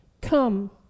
come